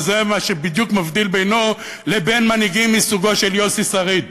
וזה מה שבדיוק מבדיל בינו לבין מנהיגים מסוגו של יוסי שריד,